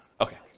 Okay